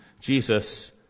Jesus